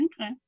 okay